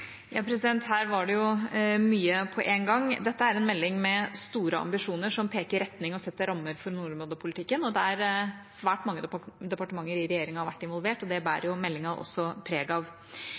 Her var det mye på en gang. Dette er en melding med store ambisjoner som peker retning og setter rammer for nordområdepolitikken, og der svært mange departementer i regjeringa har vært involvert. Det bærer meldingen også preg av.